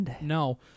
No